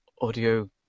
audio